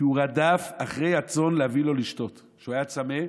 כשהוא היה צמא,